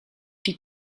die